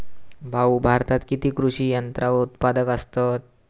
भाऊ, भारतात किती कृषी यंत्रा उत्पादक असतत